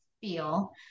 feel